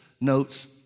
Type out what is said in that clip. notes